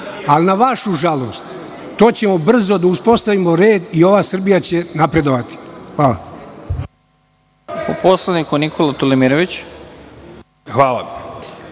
Na vašu žalost, to ćemo brzo da uspostavimo red i ova Srbija će napredovati. Hvala.